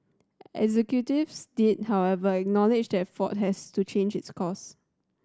executives did however acknowledge that Ford has to change its course